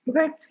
Okay